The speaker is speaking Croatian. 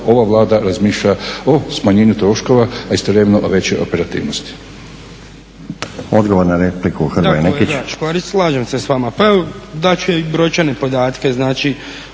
ova Vlada razmišlja o smanjenju troškova, a istovremeno veće operativnosti.